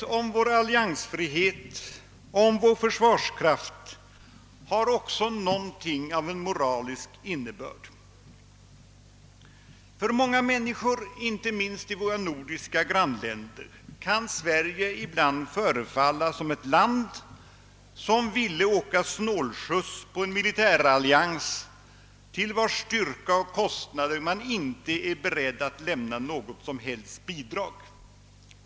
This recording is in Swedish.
Frågan om vår alliansfrihet och vår försvarskraft har också något av en' moralisk innebörd. För många människor, inte minst i våra nordiska grannländer, kan Sverige ibland förefalla som ett land vilket vill åka snålskjuts på en militärallians, till vars styrka och kost nader man inte är beredd att lämna något som helst bidrag.